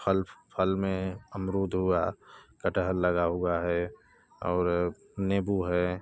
फल फल में अमरूद हुआ कटहल लगा हुआ है और नींबू है